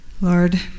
Lord